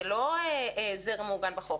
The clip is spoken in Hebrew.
זה לא הסדר מעוגן בחוק,